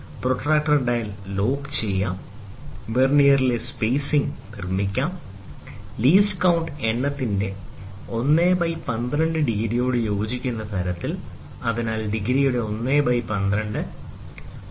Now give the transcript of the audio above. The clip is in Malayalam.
പ്രൊട്ടക്റ്റർ ഡയൽ ലോക്ക് ചെയ്യാം വെർനിയറിലെ സ്പേസിംഗ് നിർമ്മിക്കാം ലീസ്റ്റ് കൌണ്ട് എണ്ണത്തിന്റെ 112 ഡിഗ്രിയോട് യോജിക്കുന്ന തരത്തിൽ അതിനാൽ ഡിഗ്രിയുടെ 112 ശരി